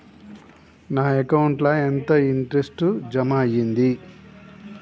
నా అకౌంట్ ల ఎంత ఇంట్రెస్ట్ జమ అయ్యింది?